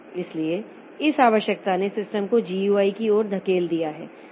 इसलिए इस आवश्यकता ने सिस्टम को GUI की ओर धकेल दिया है